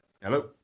hello